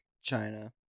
China